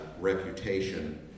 reputation